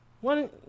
one